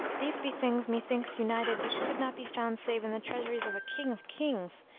these be things methinks united which could not be found save in the treasuries of a king of kings,